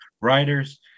writers